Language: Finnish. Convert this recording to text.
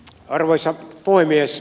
arvoisa puhemies